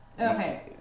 Okay